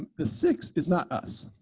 the six is not us.